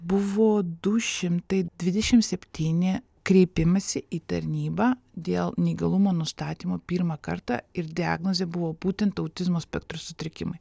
buvo du šimtai dvidešimt septyni kreipimąsi į tarnybą dėl neįgalumo nustatymo pirmą kartą ir diagnozė buvo būtent autizmo spektro sutrikimai